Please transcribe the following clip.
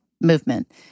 movement